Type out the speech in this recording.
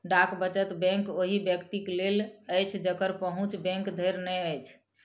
डाक वचत बैंक ओहि व्यक्तिक लेल अछि जकर पहुँच बैंक धरि नै अछि